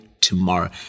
tomorrow